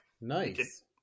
nice